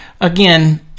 again